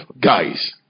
guys